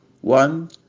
one